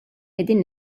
qegħdin